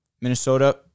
Minnesota